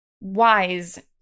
wise